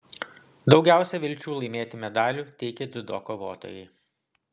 daugiausiai vilčių laimėti medalių teikė dziudo kovotojai